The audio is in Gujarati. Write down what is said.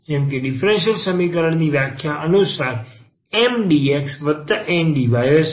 જેમ કે ડીફરન્સીયલ સમીકરણ ની વ્યાખ્યા અનુસાર MdxNdy હશે